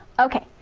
okay,